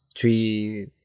three